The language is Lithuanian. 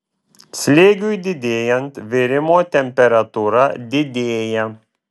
slėgiui didėjant virimo temperatūra didėja